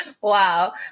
wow